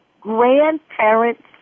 grandparents